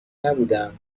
نبودهام